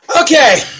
Okay